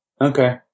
Okay